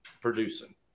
producing